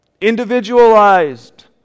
individualized